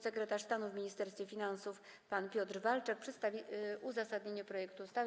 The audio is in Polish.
Sekretarz stanu w Ministerstwie Finansów pan Piotr Walczak przedstawi uzasadnienie projektu ustawy.